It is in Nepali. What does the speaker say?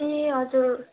ए हजुर